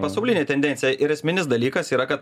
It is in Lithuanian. pasaulinė tendencija ir esminis dalykas yra kad